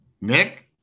Nick